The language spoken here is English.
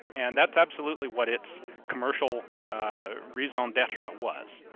and that's absolutely what it's commercial raison d'etre was.